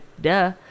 Duh